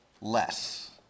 less